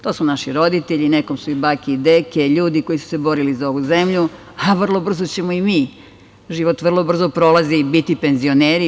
To su naši roditelji, nekom su i bake i deke, ljudi koji su se borili za ovu zemlju, a vrlo brzo ćemo i mi, život vrlo brzo prolazi, biti penzioneri.